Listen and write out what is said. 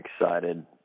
excited